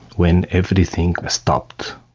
when everything stopped.